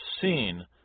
seen